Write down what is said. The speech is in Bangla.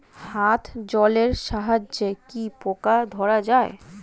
হাত জলের সাহায্যে কি পোকা ধরা যায়?